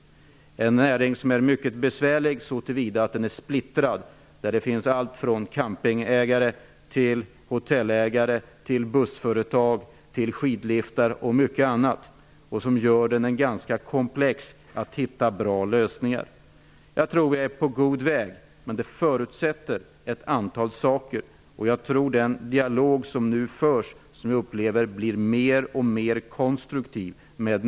Det är en näring som är mycket besvärlig så tillvida att den är splittrad. Det finns allt från campingägare och hotellägare till bussföretag, skidliftar och mycket annat. Det gör att den är ganska komplex att det är svårt att hitta bra lösningar. Jag tror att vi är på god väg att göra detta. Men det förutsätter ett antal saker. Den dialog som nu förs blir mer och mer konstruktiv.